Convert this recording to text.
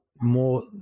more